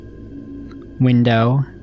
window